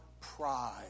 pride